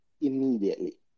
immediately